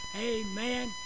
amen